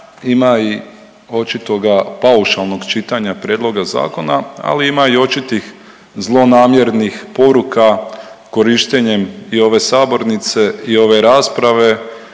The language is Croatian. ima i očitoga paušalnog čitanja prijedloga zakona, ali ima i očitih zlonamjernih poruka korištenjem i ove sabornice i ove rasprave